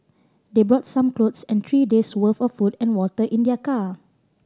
they brought some clothes and three days' worth of food and water in their car